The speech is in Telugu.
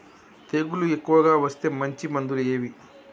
తెగులు ఎక్కువగా వస్తే మంచి మందులు ఏవి?